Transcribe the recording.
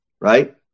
right